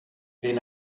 then